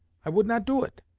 i would not do it.